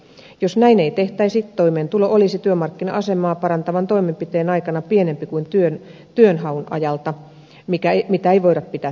jos näin ei tehtäisi toimeentulo olisi työmarkkina asemaa parantavan toimenpiteen aikana pienempi kuin työnhaun ajalta mitä ei voida pitää tarkoituksenmukaisena